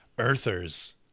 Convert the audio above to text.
earthers